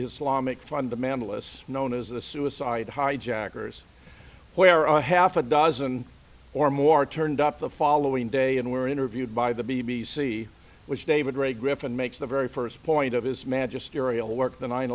islamic fundamentalists known as the suicide hijackers where a half a dozen or more turned up the following day and were interviewed by the b b c which david ray griffin makes the very first point of his magisterial work the nine